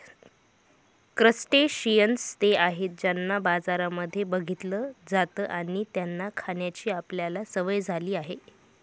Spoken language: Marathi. क्रस्टेशियंन्स ते आहेत ज्यांना बाजारांमध्ये बघितलं जात आणि त्यांना खाण्याची आपल्याला सवय झाली आहे